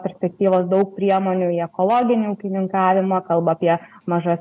perspektyvos daug priemonių į ekologinį ūkininkavimą kalba apie maža